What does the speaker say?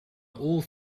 all